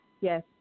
yes